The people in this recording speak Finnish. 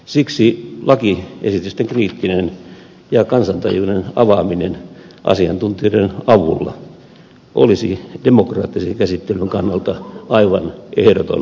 siksi lakiesitysten kriittinen ja kansantajuinen avaaminen asiantuntijoiden avulla olisi demokraattisen käsittelyn kannalta aivan ehdoton edellytys